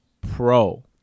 pro